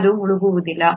ಇದು ಮುಳುಗುವುದಿಲ್ಲ